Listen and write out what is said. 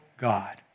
God